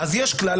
אז יש כלל,